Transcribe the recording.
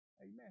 Amen